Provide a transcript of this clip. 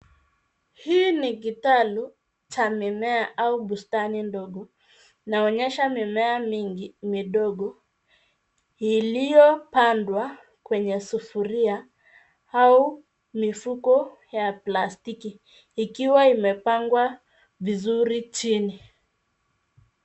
Hili ni kitalu cha mimea au bustani ndogo inayoonyesha mimea mingi midogo, iliyopandwa kwenye sufuria au mifuko ya plastiki, ikiwa imepangwa vizuri chini.